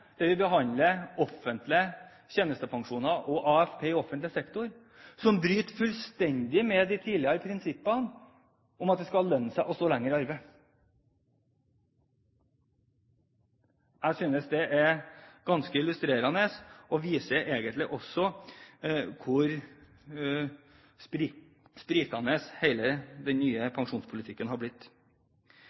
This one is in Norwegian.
der vi behandler offentlige tjenestepensjoner og AFP i offentlig sektor, som bryter fullstendig med de tidligere prinsippene om at det skal lønne seg å stå lenger i arbeid. Jeg synes det er ganske illustrerende og egentlig også viser hvor sprikende hele den nye pensjonspolitikken er blitt.